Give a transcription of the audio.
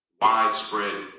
widespread